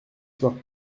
soirs